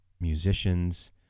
musicians